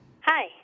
Hi